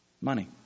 money